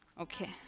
Okay